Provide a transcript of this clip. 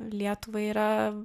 lietuvai yra